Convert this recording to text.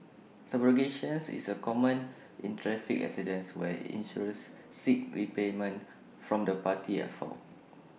subrogation is A common in traffic accidents where insurers seek repayment from the party at fault